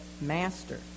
Master